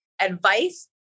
advice